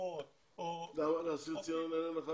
בתרופות --- לאסיר ציון אין הנחה